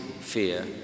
fear